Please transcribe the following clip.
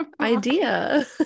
idea